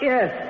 Yes